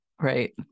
Right